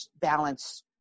balance